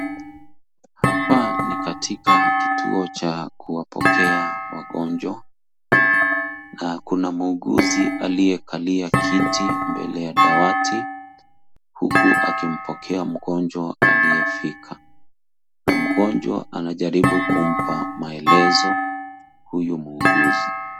Hapa ni katika kituo cha kuwapokea wagonjwa, na kuna muuguzi aliyekalia kiti mbele ya dawati, huku akimpokea mgonjwa aliyefika, na mgonjwa anajaribu kumpa maelezo, huyu muuguzi.